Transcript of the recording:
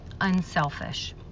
unselfish